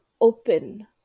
open